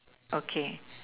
okay